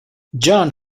john